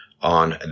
on